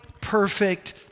perfect